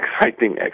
exciting